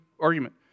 argument